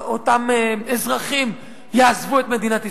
אותם אזרחים יעזבו את מדינת ישראל,